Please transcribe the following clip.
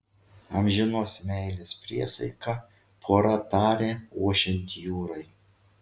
amžinos meilės priesaiką pora tarė ošiant jūrai